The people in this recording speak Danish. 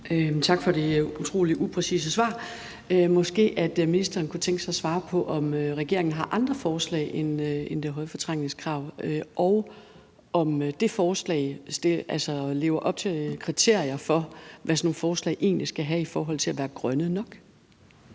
Tak for det utrolig upræcise svar. Måske ministeren kunne tænke sig at svare på, om regeringen har andre forslag end det høje fortrængningskrav, og om det forslag lever op til kriterier for, hvad sådan nogle forslag egentlig skal indeholde i forhold til at være grønne nok?